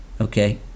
Okay